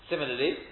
Similarly